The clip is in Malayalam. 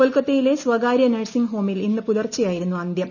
കൊൽക്കത്തയിലെ സ്വകാര്യ നഴ്സിംഗ് ഹോമിൽ ഇന്ന് പുലർച്ചെയായിരുന്നു അന്ത്യം